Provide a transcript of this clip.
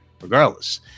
regardless